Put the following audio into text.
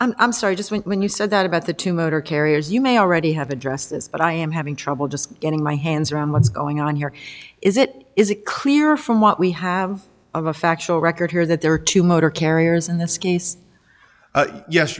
surety i'm sorry just went when you said that about the two motor carriers you may already have addressed this but i am having trouble just getting my hands around what's going on here is it is it clear from what we have of a factual record here that there are two motor carriers in this case yes